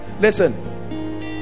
listen